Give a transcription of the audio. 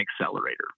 accelerator